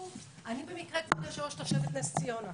אני במקרה, כבוד היושב ראש, תושבת נס ציונה.